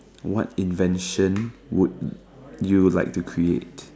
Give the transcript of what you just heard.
what invention would you like to create